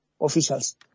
officials